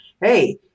hey